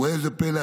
ראה זה פלא,